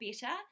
better